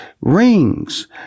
rings